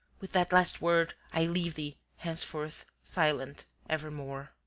with that last word i leave thee, henceforth silent evermore.